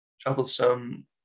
troublesome